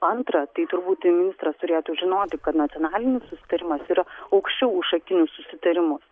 antra tai turbūt ministras turėtų žinoti kad nacionalinis susitarimas yra aukščiau už šakinius susitarimus